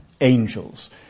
angels